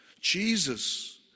Jesus